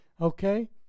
okay